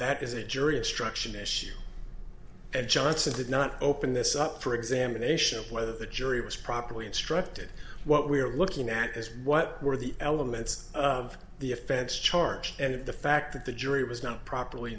that is a jury instruction issue and johnson did not open this up for examination of whether the jury was properly instructed what we're looking at is what were the elements of the offense charged and of the fact that the jury was not properly